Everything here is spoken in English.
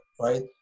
right